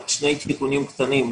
רק שני תיקונים קטנים.